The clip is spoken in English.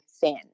thin